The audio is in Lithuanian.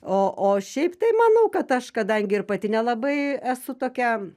o o šiaip tai manau kad aš kadangi ir pati nelabai esu tokia